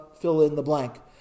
fill-in-the-blank